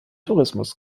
tourismus